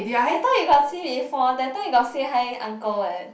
I thought you got see before that time you got say hi uncle what